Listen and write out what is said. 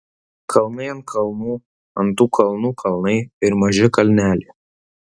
kalnai ant kalnų ant tų kalnų kalnai ir maži kalneliai